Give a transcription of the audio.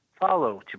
follow